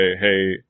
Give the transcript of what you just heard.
Hey